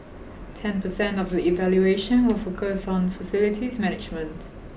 ten percent of the evaluation will focus on facilities management